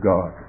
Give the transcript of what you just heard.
God